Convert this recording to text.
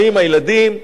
באים הילדים,